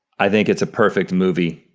i think it's a perfect movie,